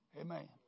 Amen